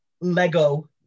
Lego